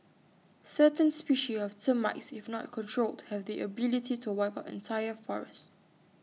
certain species of termites if not controlled have the ability to wipe out entire forests